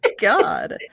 God